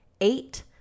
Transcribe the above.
eight